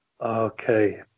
Okay